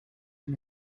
and